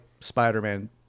Spider-Man